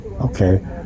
okay